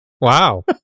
Wow